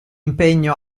impegno